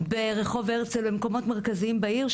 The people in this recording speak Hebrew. ברחוב הרצל ובמקומות מרכזיים בעיר,